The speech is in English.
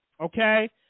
okay